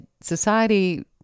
society